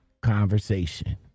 conversation